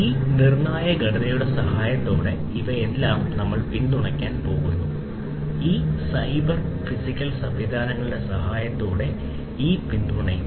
ഈ നിർണായക ഘടനയുടെ സഹായത്തോടെ ഇവയെല്ലാം പിന്തുണയ്ക്കാൻ പോകുന്നു ഈ സൈബർ ഭൌതിക സംവിധാനങ്ങളുടെ സഹായത്തോടെ പിന്തുണയ്ക്കും